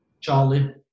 Charlie